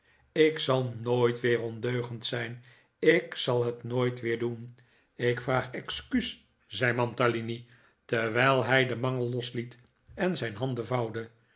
ik zal nooit weer ondeugend zijn ik zal het nooit weer doen ik vraag excuus zei mantalini terwijl hij den mangel losliet en zijn handen vouwde